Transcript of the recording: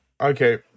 Okay